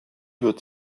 wird